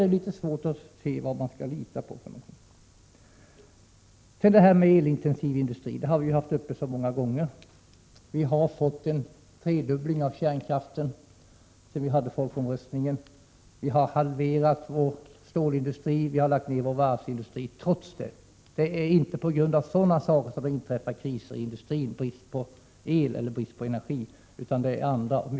Då har jag svårt att se vad jag skall lita på. Frågan om elintensiv industri har vi många gånger haft uppe till debatt. Kärnkraftsproduktionen har trefaldigats efter folkomröstningen, trots att vi har halverat vår stålindustri och lagt ner vår varvsindustri. Det är inte på grund av brist på energi som det inträffar kriser inom industrin, utan det har andra och mera djupgående orsaker.